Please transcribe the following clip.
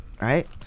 right